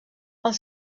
els